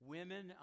Women